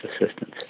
assistance